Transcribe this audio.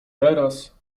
teraz